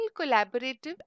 collaborative